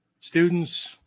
students